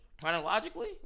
Chronologically